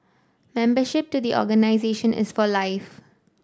membership to the organisation is for life